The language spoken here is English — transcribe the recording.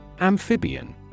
Amphibian